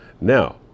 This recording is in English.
Now